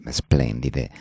splendide